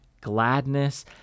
gladness